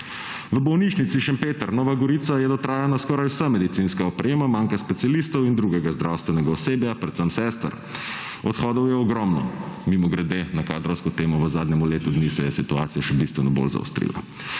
V bolnišnici Šempeter-Nova Gorica je dotrajana skoraj vsa medicinska oprema. Manjka specialistov in drugega zdravstvenega osebja, predvsem sester. Odhodov je ogromno. Mimogrede, na kadrovsko temo v zadnjem letu dni se je situacija še bistveno bolj zaostrila.